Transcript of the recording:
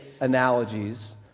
analogies